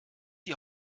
die